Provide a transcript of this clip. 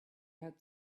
had